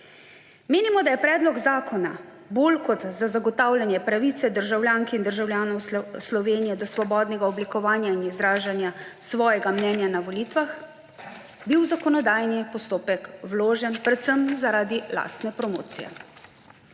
Menimo, da je bil predlog zakona bolj kot za zagotavljanje pravice državljank in državljanov Slovenije do svobodnega oblikovanja in izražanja svojega mnenja na volitvah v zakonodajni postopek vložen zaradi lastne promocije.